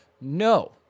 No